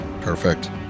perfect